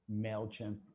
MailChimp